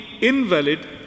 invalid